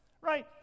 right